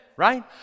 right